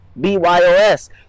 B-Y-O-S